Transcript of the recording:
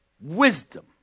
wisdom